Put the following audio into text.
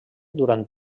durant